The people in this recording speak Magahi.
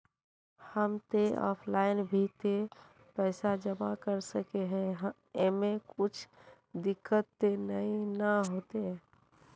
हम ते ऑफलाइन भी ते पैसा जमा कर सके है ऐमे कुछ दिक्कत ते नय न होते?